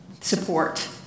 support